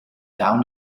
down